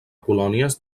colònies